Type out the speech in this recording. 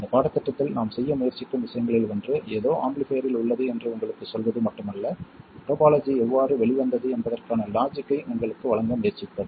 இந்த பாடத்திட்டத்தில் நாம் செய்ய முயற்சிக்கும் விஷயங்களில் ஒன்று ஏதோ ஆம்பிளிஃபைர்ரில் உள்ளது என்று உங்களுக்குச் சொல்வது மட்டுமல்லாமல் டோபாலஜி எவ்வாறு வெளிவந்தது என்பதற்கான லாஜிக்கை உங்களுக்கு வழங்க முயற்சிப்பது